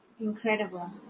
Incredible